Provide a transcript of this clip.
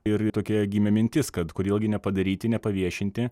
irgi tokia gimė mintis kad kodėl gi nepadaryti nepaviešinti